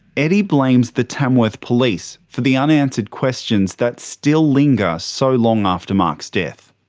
eddie blames the tamworth police for the unanswered questions that still linger so long after mark's death.